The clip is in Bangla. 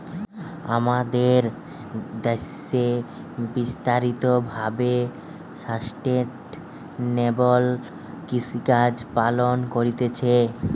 আমাদের দ্যাশে বিস্তারিত ভাবে সাস্টেইনেবল কৃষিকাজ পালন করতিছে